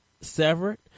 severed